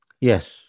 Yes